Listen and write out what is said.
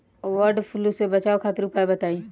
वड फ्लू से बचाव खातिर उपाय बताई?